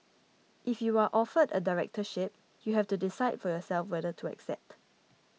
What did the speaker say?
if you are offered a directorship you have to decide for yourself whether to accept